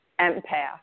empath